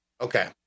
Okay